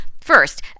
First